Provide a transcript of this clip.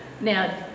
now